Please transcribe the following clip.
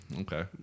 Okay